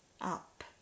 up